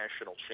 national